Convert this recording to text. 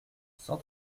cent